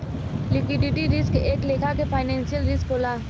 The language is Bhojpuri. लिक्विडिटी रिस्क एक लेखा के फाइनेंशियल रिस्क होला